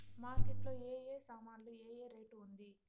Market లో ఏ ఏ సామాన్లు ఏ ఏ రేటు ఉంది?